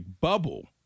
bubble